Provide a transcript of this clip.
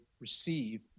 receive